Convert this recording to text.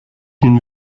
une